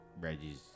Reggie's